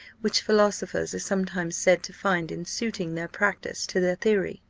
which philosophers are sometimes said to find in suiting their practice to their theory.